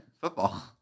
Football